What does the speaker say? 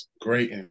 great